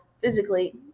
physically